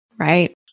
Right